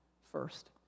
first